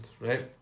right